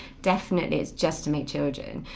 definitely is just to make children,